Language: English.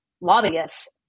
lobbyists